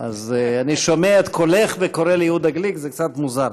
אני שומע את קולך וקורא ליהודה גליק, זה קצת מוזר.